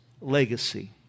legacy